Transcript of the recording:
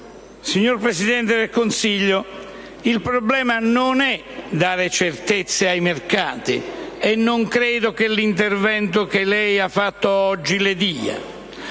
signor Presidente del Consiglio, il problema non è dare certezze ai mercati e non credo che l'intervento che lei ha fatto oggi le dia.